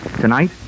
Tonight